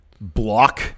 block